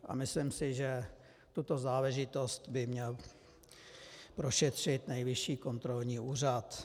A myslím si, že tuto záležitost by měl prošetřit Nejvyšší kontrolní úřad.